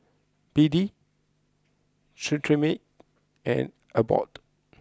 B D Cetrimide and Abbott